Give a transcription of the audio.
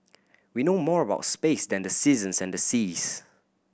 we know more about space than the seasons and the seas